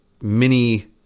mini